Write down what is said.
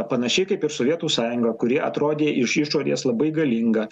panašiai kaip ir sovietų sąjunga kuri atrodė iš išorės labai galinga